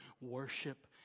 worship